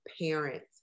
parents